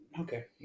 Okay